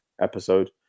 episode